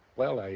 well. i.